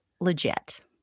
legit